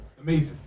Amazing